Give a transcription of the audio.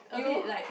you